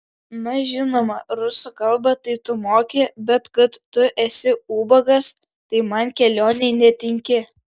na žinoma rusų kalbą tai tu moki bet kad tu esi ubagas tai man kelionei netinki